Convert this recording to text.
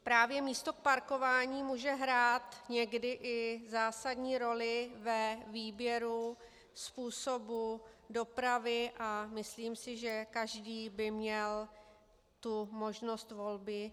Právě místo parkování může hrát někdy i zásadní roli ve výběru způsobu dopravy a myslím si, že každý by měl tu možnost volby mít.